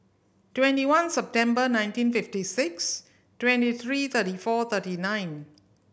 twenty one September nineteen fifty six twenty three thirty four thirty nine